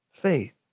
faith